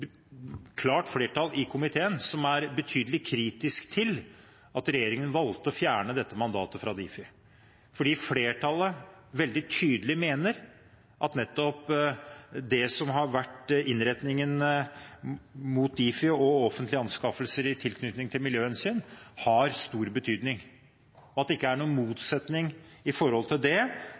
klart flertall i komiteen – som er betydelig kritisk til at regjeringen valgte å fjerne dette mandatet fra Difi. Flertallet mener veldig tydelig at nettopp det som har vært innretningen til Difi når det gjelder miljøhensyn i offentlige anskaffelser, har hatt stor betydning, og at det ikke er noen motsetning i den forbindelse og til det